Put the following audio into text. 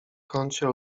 kącie